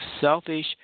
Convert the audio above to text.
selfish